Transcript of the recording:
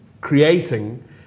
creating